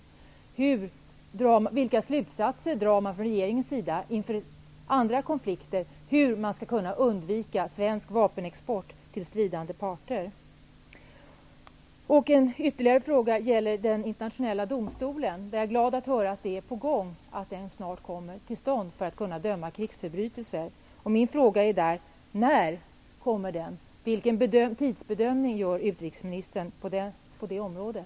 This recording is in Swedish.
Vilka slutsatser drar regeringen av detta inför andra konflikter? Hur skall man kunna undvika svensk vapenexport till stridande parter? En ytterligare fråga gäller den internationella domstolen. Jag är glad att höra att den snart kommer till stånd för att kunna döma krigsförbrytelser. Min fråga är: När kommer den, vilken tidsbedömning gör utrikesministern på det området?